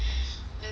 that kind of thing